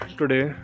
today